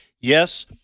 yes